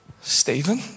Stephen